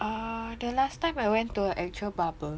ah the last time I went to an actual barber